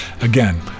Again